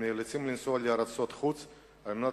הם נאלצים לנסוע לארצות חוץ על מנת